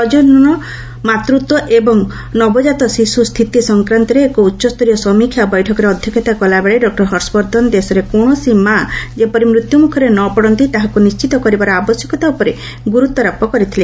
ପ୍ରଜଜନ ମାତୃତ୍ୱ ଏବଂ ନବକାତ ଶିଶୁ ସ୍ଥିତି ସଂକ୍ରାନ୍ତରେ ଏକ ଉଚ୍ଚସ୍ତରୀୟ ସମୀକ୍ଷା ବୈଠକରେ ଅଧ୍ୟକ୍ଷତା କଲାବେଳେ ଡକ୍କର ହର୍ଷ ବର୍ଦ୍ଧନ ଦେଶରେ କୌଣସି ମା' ଯେପରି ମୃତ୍ୟ ମୁଖରେ ନ ପଡ଼ନ୍ତି ତାହାକୁ ନିର୍ଣ୍ଣିତ କରିବାର ଆବଶ୍ୟକତା ଉପରେ ଗୁରୁତ୍ୱାରୋପ କରିଥିଲେ